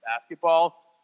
basketball